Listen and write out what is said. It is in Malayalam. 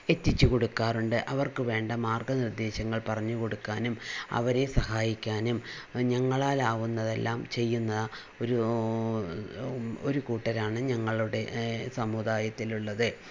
എത്തിച്ചു കൊടുക്കാറുണ്ട് അവര്ക്ക് വേണ്ട മാര്ഗ്ഗ നിര്ദേശങ്ങള് പറഞ്ഞു കൊടുക്കാനും അവരെ സഹായിക്കാനും ഞങ്ങളാലാവുന്നതെല്ലാം ചെയ്യുന്ന ഒരു ഒരു കൂട്ടരാണ് ഞങ്ങളുടെ സമുദായത്തിലുള്ളത്